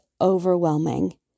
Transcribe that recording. overwhelming